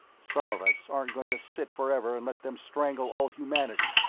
some of us aren't going to sit forever and let them strangle all humanity,